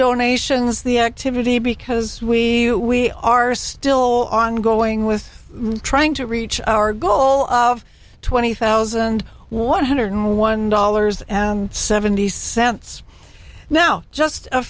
donations the activity because we we are still ongoing with trying to reach our goal of twenty thousand one hundred one dollars and seventy cents now just a